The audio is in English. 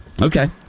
Okay